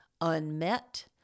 unmet